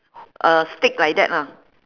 uh stick like that lah